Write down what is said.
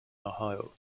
ohio